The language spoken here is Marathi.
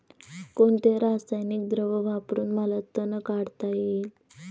कोणते रासायनिक द्रव वापरून मला तण काढता येईल?